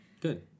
good